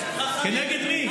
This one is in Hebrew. כנגד מי?